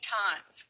times